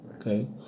Okay